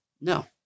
No